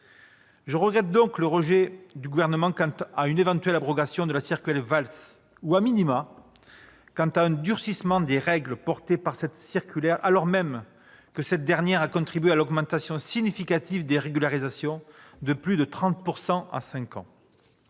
Je regrette donc le refus du Gouvernement d'une éventuelle abrogation de la circulaire Valls ou,, d'un durcissement des règles fixées par cette circulaire, alors même que cette dernière a contribué à l'augmentation significative des régularisations : plus de 30 % en